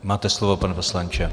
Máte slovo, pane poslanče.